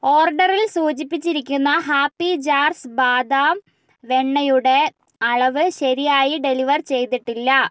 ഓർഡറിൽ സൂചിപ്പിച്ചിരിക്കുന്ന happy jars ബാദാം വെണ്ണയുടെ അളവ് ശരിയായി ഡെലിവർ ചെയ്തിട്ടില്ല